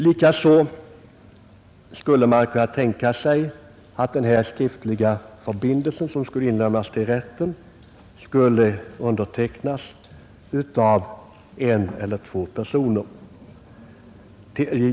Likaså skulle man kunna tänka sig att denna skriftliga förbindelse, som skall inlämnas till rätten, skulle undertecknas av en eller två personer.